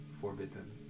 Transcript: forbidden